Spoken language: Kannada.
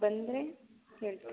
ಬಂದರೆ ಹೇಳ್ತೀನಿ